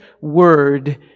word